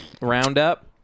roundup